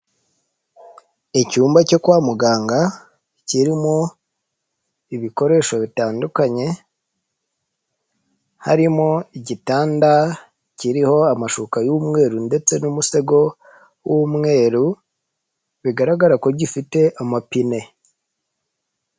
Icyumba cyo kwa muganga kirimo ibikoresho bitandukanye, harimo igitanda kiriho amashuka y'umweru ndetse n'umusego w'umweru bigaragara ko gifite amapine.